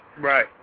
Right